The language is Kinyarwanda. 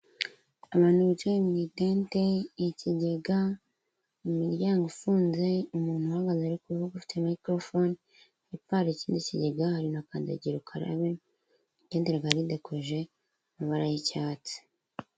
Abantu bicaye mu itente, ikigega, imiryango ifunze, umuntu uhagaze urikuvuga ufite mayikoro fone, hepfo hari ikindi kigega hari na kandagira ukarabe intente rikaba ridekoje ry'icyatsi.